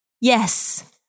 Yes